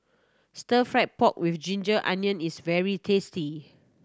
stir fried pork with ginger onion is very tasty